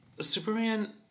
Superman